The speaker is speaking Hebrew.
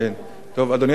אדוני היושב-ראש,